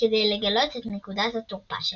כדי לגלות את נקודות התורפה שלו.